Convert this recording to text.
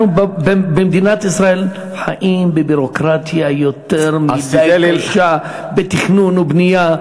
אנחנו במדינת ישראל חיים בביורוקרטיה יותר מדי מתישה בתכנון ובנייה.